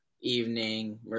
evening